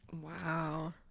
Wow